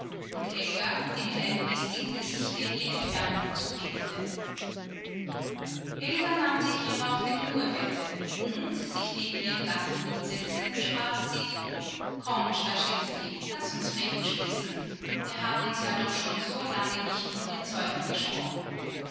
und elgan die mit einem listigen gesichte ihr entfernung zuwinkte elga nahte hierauf dem ruhebette und sich neben ihren gatten hinsetzend sprach sie komm starschensky laß uns frieden schließen wir haben uns ja doch schon so lange nicht ohne zeugen gesprochen